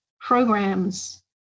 programs